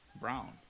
brown